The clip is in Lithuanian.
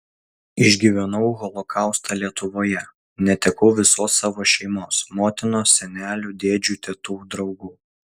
išgyvenau holokaustą lietuvoje netekau visos savo šeimos motinos senelių dėdžių tetų draugų